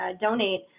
donate